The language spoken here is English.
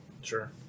Sure